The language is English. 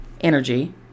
energy